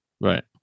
Right